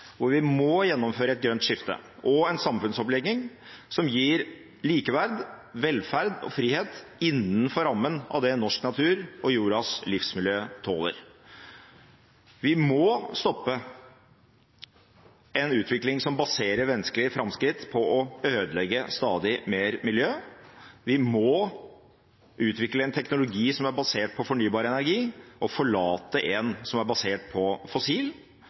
hvor vi må gjennomføre et grønt skifte og en samfunnsomlegging som gir likeverd, velferd og frihet innenfor rammen av det norsk natur og jordas livsmiljø tåler. Vi må stoppe en utvikling som baserer menneskelige framskritt på å ødelegge stadig mer miljø. Vi må utvikle en teknologi som er basert på fornybar energi, og forlate en som er basert på fossil.